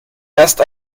erst